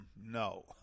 No